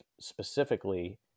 specifically